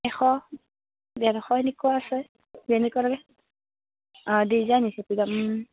এশ ডেৰশ এনেকুৱা আছে যেনেকুৱা লাগে ডিজাইন আছে